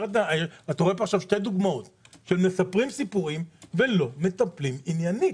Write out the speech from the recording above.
אתה רואה פה עכשיו שתי דוגמאות מספרים סיפורים ולא מטפלים עניינית.